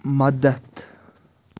مدتھ